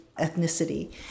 ethnicity